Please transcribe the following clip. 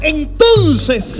entonces